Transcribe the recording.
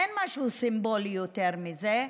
אין משהו סימבולי יותר מזה.